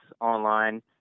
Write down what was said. online